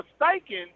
mistaken